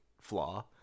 flaw